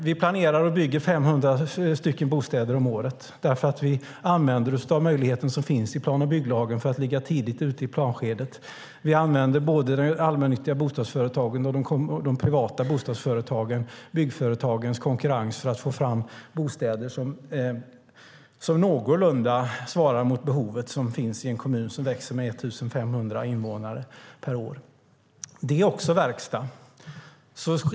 Vi planerar och bygger 500 bostäder om året därför att vi använder oss av den möjlighet som finns i plan och bygglagen för att ligga tidigt ute i planskedet. Vi använder både de allmännyttiga bostadsföretagen och de privata bostadsföretagen och byggföretagens konkurrens för att få fram bostäder som någorlunda svarar mot det behov som finns i en kommun som växer med 1 500 invånare per år. Det är också verkstad.